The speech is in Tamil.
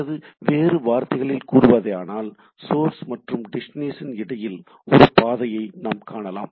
அல்லது வேறு வார்த்தைகளில் கூறுவதானால் சோர்ஸ் மற்றும் டெஸ்டினேஷன் இடையில் ஒரு பாதையை நாம் காணலாம்